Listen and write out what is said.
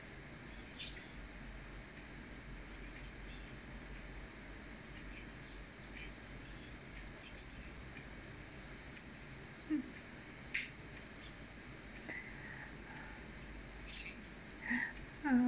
uh